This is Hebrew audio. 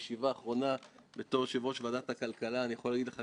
עשית עבודה מדהימה באמת לאור כל הניסיון שלך.